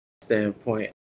standpoint